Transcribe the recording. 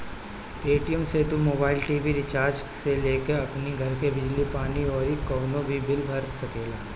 Paytm से तू mobile, TV recharge से लेके अपनी घर के बिजली पानी अउरी कवनो भी बिल भर सकेला